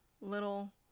little